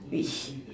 which